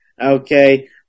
okay